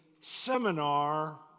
seminar